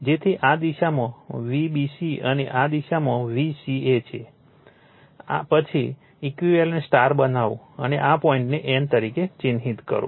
જેથી આ દિશામાં Vbc અને આ દિશામાં Vca છે પછી ઈક્વિવેલેન્ટ સ્ટાર બનાવો અને આ પોઇન્ટને n તરીકે ચિહ્નિત કરો